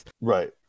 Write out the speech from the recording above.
Right